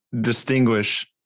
distinguish